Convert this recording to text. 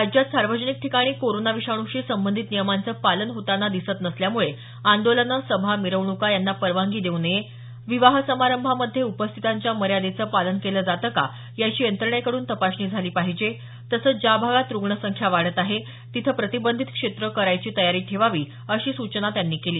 राज्यात सार्वजनिक ठिकाणी कोरोना विषाण्शी संबंधित नियमांचं पालन होताना दिसत नसल्यामुळे आंदोलनं सभा मिरवणुका यांना परवानगी देऊ नये विवाह समारंभामध्ये उपस्थितांच्या मर्यादेच पालन केलं जातं का याची यंत्रणेकडून तपासणी झाली पाहिजे तसंच ज्या भागात रुग्ण संख्या वाढत आहे तिथं प्रतिबंधित क्षेत्रं करायची तयारी ठेवावी अशी सूचना त्यांनी केली